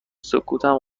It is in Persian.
سکوتم